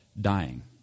dying